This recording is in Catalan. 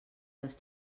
les